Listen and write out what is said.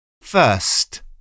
First